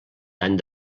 tant